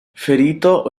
ferito